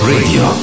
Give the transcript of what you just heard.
Radio